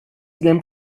game